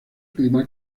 clima